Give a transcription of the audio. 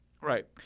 Right